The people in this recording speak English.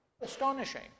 Astonishing